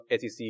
SEC